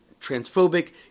transphobic